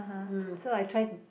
mm so I try